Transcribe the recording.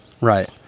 Right